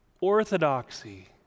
orthodoxy